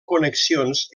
connexions